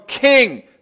king